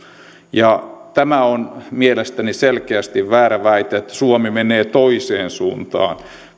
tämä on mielestäni selkeästi väärä väite että suomi menee toiseen suuntaan